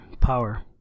power